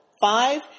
five